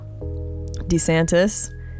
DeSantis